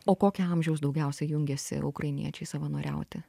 o kokio amžiaus daugiausia jungiasi ukrainiečiai savanoriauti